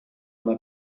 una